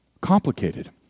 complicated